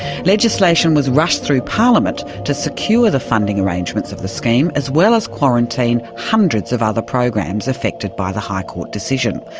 legislation was rushed through parliament to secure the funding arrangements of the scheme as well as quarantine hundreds of other programs affected by the high court decision,